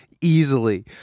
easily